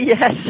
yes